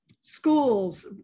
Schools